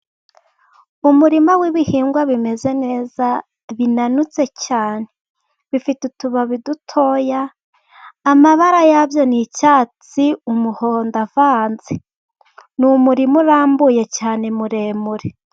Umurima w'ibihingwa bimeze neza, binanutse cyane bifite utubabi dutoya, amabara yabyo ni icyatsi, umuhondo avanze, n'umurima urambuye cyane muremure.